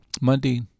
Monday